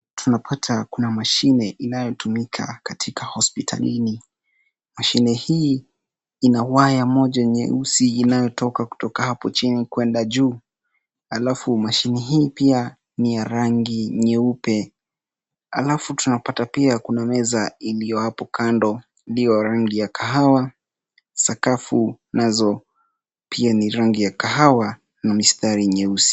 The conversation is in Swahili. Tunapata kuna mashine inayotumika katika hospitalini. Mashine hii, ina waya moja nyeusi inayotoka kutoka hapo chini kwenda juu. Halafu mashine hii pia ni ya rangi nyeupe. Halafu tunapata pia kuna meza iliyo hapo kando, iliyo rangi ya kahawa. Sakafu nazo pia ni rangi ya kahawa na mistari nyeusi.